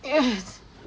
yes